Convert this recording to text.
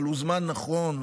הוא זמן נכון,